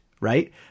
right